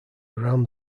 around